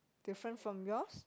different from yours